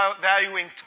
valuing